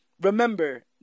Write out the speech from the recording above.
remember